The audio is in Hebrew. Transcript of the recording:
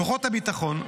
כוחות הביטחון,